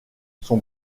son